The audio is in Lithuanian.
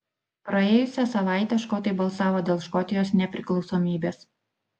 praėjusią savaitę škotai balsavo dėl škotijos nepriklausomybės